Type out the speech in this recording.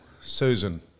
Susan